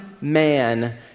man